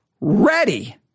ready